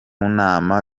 nama